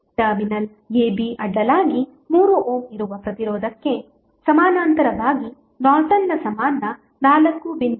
terminal a b ಅಡ್ಡಲಾಗಿ 3 ohm ಇರುವ ಪ್ರತಿರೋಧಕ್ಕೆ ಸಮಾನಾಂತರವಾಗಿ ನಾರ್ಟನ್ನ ಸಮಾನ 4